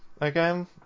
again